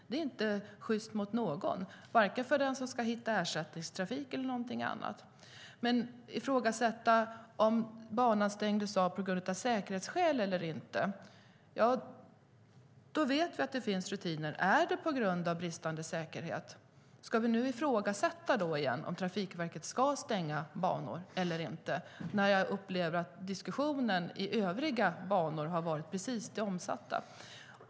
Det är inte sjyst mot någon, vare sig det gäller att hitta ersättningstrafik eller någonting annat. När det gäller om banan stängdes av av säkerhetsskäl eller inte vet vi att det finns rutiner vid bristande säkerhet. Ska vi återigen ifrågasätta om Trafikverket ska stänga banor eller inte när jag upplever att diskussionen gällande övriga banor varit precis den omvända?